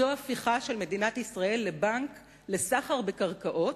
זו הפיכה של מדינת ישראל לבנק לסחר בקרקעות,